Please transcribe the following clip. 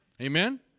Amen